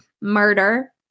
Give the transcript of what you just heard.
murder